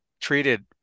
treated